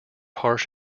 harsh